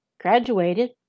graduated